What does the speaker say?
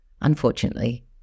unfortunately